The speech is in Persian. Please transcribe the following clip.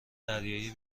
دریایی